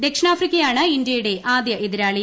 ദക്ഷിണാഫ്രിക്കയാണ് ഇന്ത്യയുടെ ആദ്യ എതിരാളി